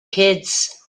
kids